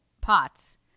POTS